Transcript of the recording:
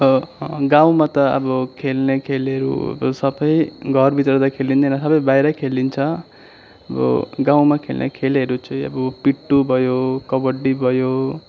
गाउँमा त अब खेल्ने खेलहरू सबै घरभित्र त खेलिँदैन सबै बाहिरै खेलिन्छ अब गाउँमा खेल्ने खेलहरू चाहिँ अब पिट्टु भयो कबड्डी भयो